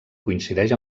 coincideix